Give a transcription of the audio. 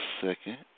second